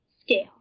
scale